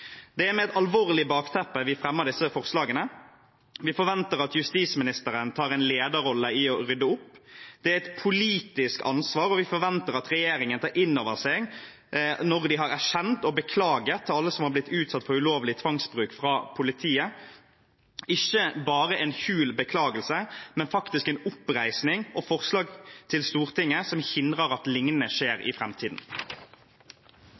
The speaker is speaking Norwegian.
Det er med et alvorlig bakteppe vi fremmer disse forslagene. Vi forventer at justisministeren tar en lederrolle i å rydde opp. Det er et politisk ansvar, og vi forventer at regjeringen tar det innover seg når de har erkjent og beklaget til alle som har blitt utsatt for ulovlig tvangsbruk fra politiet – ikke bare en hul beklagelse, men en faktisk oppreisning og forslag til Stortinget som hindrer at